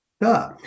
Duh